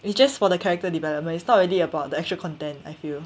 it's just for the character development it's not really about the actual content I feel